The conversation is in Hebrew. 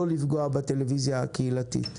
לא לפגוע בטלוויזיה הקהילתית.